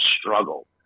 struggle